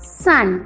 sun